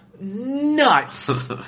Nuts